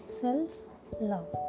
self-love